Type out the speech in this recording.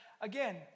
again